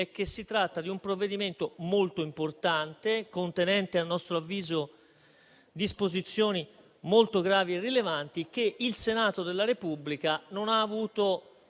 che si tratta di un provvedimento molto importante, contenente a nostro avviso disposizioni molto gravi e rilevanti, che il Senato della Repubblica non ha avuto